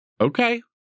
Okay